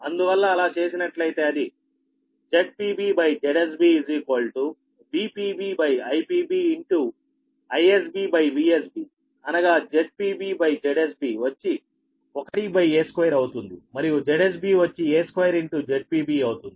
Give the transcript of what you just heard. అందువల్ల అలా చేసినట్లయితే అది ZpBZsB VpBIpBIsBVsBఅనగా ZpBZsB వచ్చి 1a2అవుతుంది మరియు ZsB వచ్చిa2ZpBఅవుతుంది